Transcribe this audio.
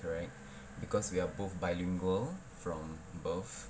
correct because we are both bilingual from birth